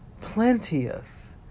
plenteous